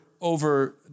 over